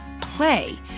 play